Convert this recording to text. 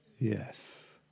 yes